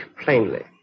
plainly